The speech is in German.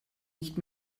nicht